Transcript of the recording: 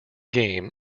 game